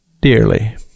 dearly